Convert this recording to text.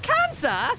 Cancer